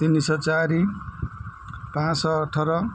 ତିନିଶହ ଚାରି ପାଞ୍ଚଶହ ଅଠର